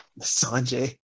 Sanjay